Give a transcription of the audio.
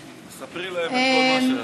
ספרי להם את כל מה שעשית.